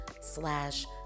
slash